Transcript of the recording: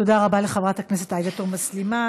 תודה רבה לחברת הכנסת עאידה תומא סלימאן.